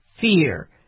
fear